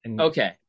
okay